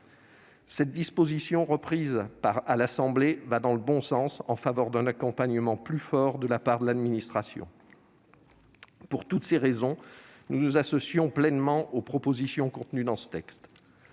Cette disposition, reprise à l'Assemblée nationale, va dans le bon sens en faveur d'un accompagnement plus fort de la part de l'administration. Pour toutes ces raisons, nous nous associons pleinement aux propositions contenues dans ce texte.